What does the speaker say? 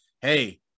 hey